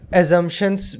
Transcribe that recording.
assumptions